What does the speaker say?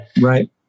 Right